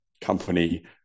company